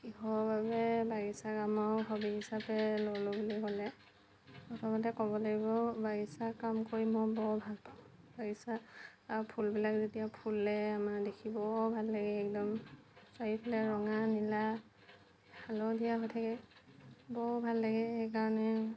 কিহৰ বাবে বাগিচাৰ কাম আৰু হবী হিচাপে ল'লো বুলি ক'লে প্ৰথমতে ক'ব লাগিব বাগিচাৰ কাম কৰি মই বৰ ভালপাওঁ বাগিচাৰ ফুলবিলাক যেতিয়া ফুলে আমাৰ দেখি বৰ ভাল লাগে একদম চাৰিওফালে ৰঙা নীলা হালধীয়া হৈ থাকে বৰ ভাল লাগে সেইকাৰণে